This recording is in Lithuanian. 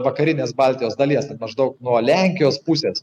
vakarinės baltijos dalies maždaug nuo lenkijos pusės